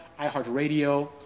iHeartRadio